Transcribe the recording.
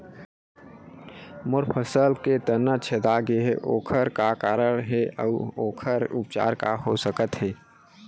मोर फसल के तना छेदा गेहे ओखर का कारण हे अऊ ओखर उपचार का हो सकत हे?